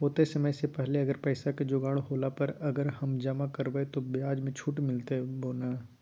होतय समय से पहले अगर पैसा के जोगाड़ होला पर, अगर हम जमा करबय तो, ब्याज मे छुट मिलते बोया नय?